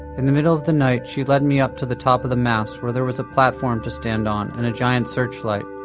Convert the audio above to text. in the middle of the night she led me ah to the top of the mast where there was a platform to stand on and a giant searchlight.